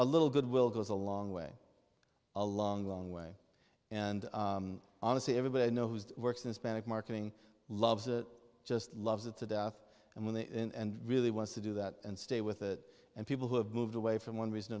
a little good will goes a long way a long long way and honestly everybody knows works in spanish marketing loves it just loves it to death and when they and really want to do that and stay with it and people who have moved away from one reason or